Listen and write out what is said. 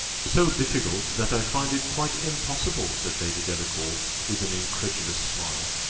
so difficult, that i find it quite impossible, said lady delacour, with an incredulous smile.